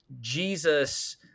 Jesus